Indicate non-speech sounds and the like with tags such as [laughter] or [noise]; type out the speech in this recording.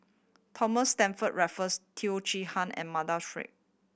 Thomas Stamford Raffles Teo Chee Hean and Mardan [unintelligible]